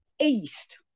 East